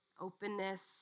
openness